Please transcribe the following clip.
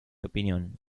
opinión